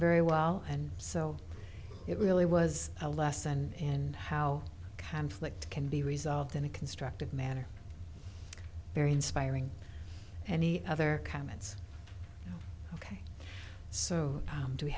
very well and so it really was a lesson in how conflict can be resolved in a constructive manner very inspiring any other comments ok so